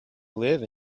live